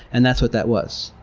and that's what that was.